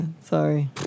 sorry